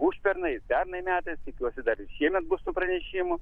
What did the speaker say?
užpernai pernai metais tikiuosi dar šiemet bus tų pranešimų